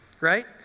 right